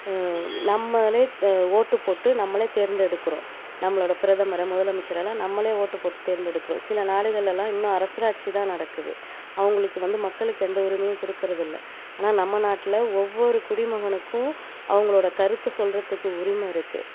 நம்மளே ஓட்டு போட்டு நம்மளே தேர்ந்தெடுக்கிறோம் நம்மளோட பிரதமரை முதலமைச்சரலாம் நம்மளே ஓட்டு போட்டு தேர்ந்தெடுக்கிறோம் சில நாடுகள்லெலாம் இன்னும் அரசர் ஆட்சி தான் நடக்குது அவங்களுக்கு வந்து மக்களுக்கு எந்த உரிமையும் கொடுக்கறதில்ல ஆனால் நம்ம நாட்டில் ஒவ்வொரு குடிமகனுக்கும் அவங்களோட கருத்தை சொல்றத்துக்கு உரிமை இருக்குது